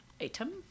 item